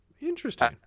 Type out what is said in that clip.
Interesting